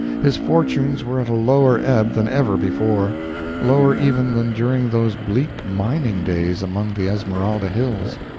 his fortunes were at a lower ebb than ever before lower even than during those bleak mining days among the esmeralda hills.